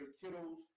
Kittles